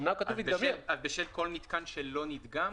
זה בשל כל מתקן שלא נבדק.